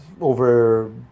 over